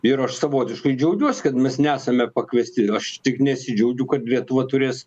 ir aš savotiškai džiaugiuos kad mes nesame pakviesti aš tik nesidžiaugiu kad lietuva turės